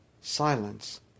Silence